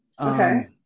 Okay